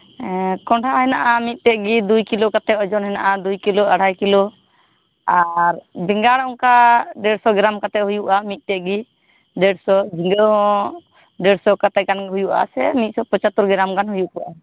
ᱠᱚᱸᱰᱷᱟ ᱦᱮᱱᱟᱜᱼᱟ ᱢᱤᱫᱴᱮᱱ ᱜᱮ ᱫᱩᱭ ᱠᱤᱞᱳ ᱠᱟᱛᱮᱫ ᱳᱡᱚᱱ ᱦᱮᱱᱟᱜᱼᱟ ᱫᱩᱭ ᱠᱤᱞᱳ ᱟᱲᱦᱟᱭ ᱠᱤᱞᱳ ᱟᱨ ᱵᱮᱸᱜᱟᱲ ᱚᱱᱠᱟ ᱰᱮᱲᱥᱚ ᱜᱨᱟᱢ ᱠᱟᱛᱮᱫ ᱦᱩᱭᱩᱜᱼᱟ ᱢᱤᱫᱴᱮᱱ ᱜᱮ ᱰᱮᱲ ᱥᱚ ᱡᱷᱤᱜᱟᱹ ᱦᱚᱸ ᱰᱮᱲ ᱥᱚ ᱜᱟᱱ ᱠᱟᱛᱮ ᱜᱮ ᱦᱩᱭᱩᱜᱼᱟ ᱥᱮ ᱢᱤᱫ ᱥᱚ ᱯᱚᱸᱪᱟᱛᱛᱳᱨ ᱜᱨᱟᱢ ᱜᱟᱱ ᱦᱩᱭᱩᱜᱚᱜᱼᱟ